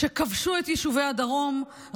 כבשו את יישובי הדרום,